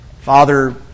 Father